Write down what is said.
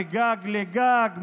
מגג לגג,